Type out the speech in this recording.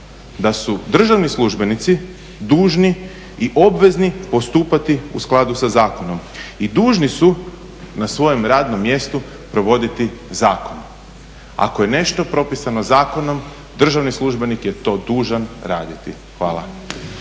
da su državni službenici dužni i obvezni postupati u skladu sa zakonom i dužni su na svojem radnom mjestu provoditi zakon. Ako je nešto propisano zakonom državni službenik je to dužan raditi. Hvala.